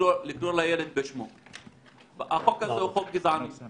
לקרוא לילד בשמו, החוק הזה הוא חוק גזעני.